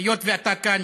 היות שאתה כאן,